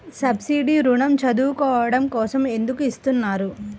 Subsidy ఋణం చదువుకోవడం కోసం ఎందుకు ఇస్తున్నారు?